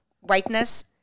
whiteness